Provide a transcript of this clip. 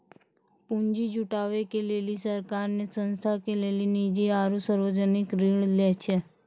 पुन्जी जुटावे के लेली सरकार ने संस्था के लेली निजी आरू सर्वजनिक ऋण लै छै